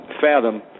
fathom